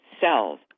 cells